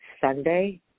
Sunday